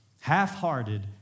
Half-hearted